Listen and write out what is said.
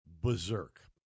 berserk